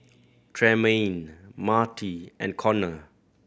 Tremayne Marty and Conner